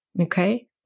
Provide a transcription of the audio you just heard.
Okay